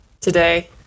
today